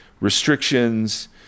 restrictions